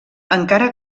encara